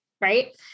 right